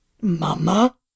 Mama